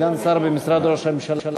סגן שר במשרד ראש הממשלה.